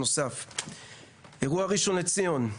אירוע רצח ראשון לציון,